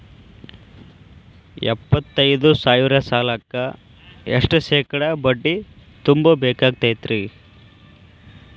ಎಪ್ಪತ್ತೈದು ಸಾವಿರ ಸಾಲಕ್ಕ ಎಷ್ಟ ಶೇಕಡಾ ಬಡ್ಡಿ ತುಂಬ ಬೇಕಾಕ್ತೈತ್ರಿ?